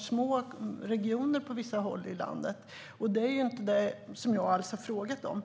små regioner på vissa håll i landet. Det är inte vad jag har frågat om.